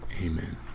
Amen